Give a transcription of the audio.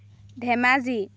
Dhemaji